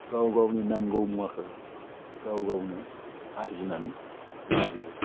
गाव गावनि नांगौ मुवाखो गाव गावनो आरजिनानै लाजोबो